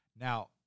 Now